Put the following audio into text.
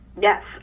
Yes